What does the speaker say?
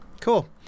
Cool